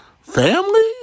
family